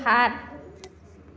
সাত